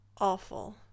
awful